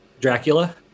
dracula